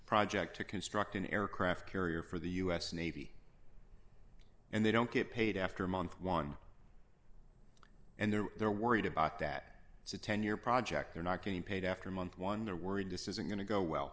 project to construct an aircraft carrier for the us navy and they don't get paid after month one and they're they're worried about that it's a ten year project they're not getting paid after month one they're worried this isn't going to go well